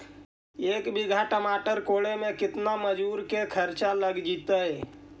एक बिघा टमाटर कोड़े मे केतना मजुर के खर्चा लग जितै?